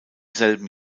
selben